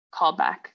callback